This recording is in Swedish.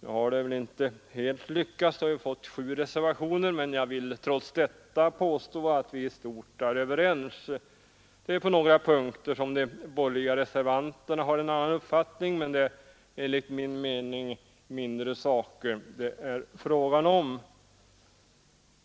Det har väl inte helt lyckats — vi har fått sju reservationer. Trots det vill jag påstå att vi i stort sett är överens. På några punkter har de borgerliga reservanterna en annan uppfattning, men det är enligt min mening fråga om smärre saker.